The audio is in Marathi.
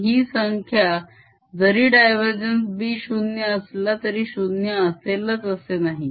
आणि हि संख्या जरी div B 0 असला तरी 0 असेलच असे नाही